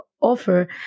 offer